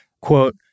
quote